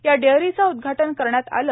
या डेअरीचे उदघाटन करण्यात आले